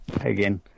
Again